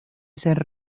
ser